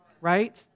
Right